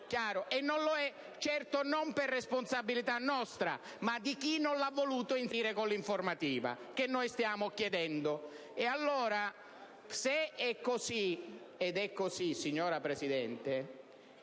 non lo è certo non per responsabilità nostra, ma di chi non l'ha voluto inserire sotto la forma dell'informativa che noi stiamo chiedendo. Ebbene, se è così (ed è così, signora Presidente),